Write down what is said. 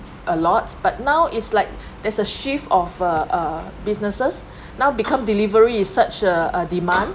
a lot but now is like there's a shift of uh uh businesses now become delivery is such a a demand